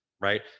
right